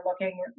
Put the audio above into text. looking